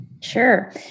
Sure